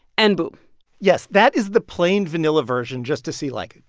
and boom yes, that is the plain, vanilla version, just to see, like,